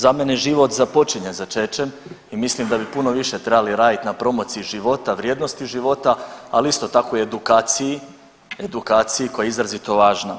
Za mene život započinje začećem i mislim da bi puno više trebali raditi na promociji života, vrijednosti života, ali isto tako i edukaciji, edukaciji koja je izrazito važna.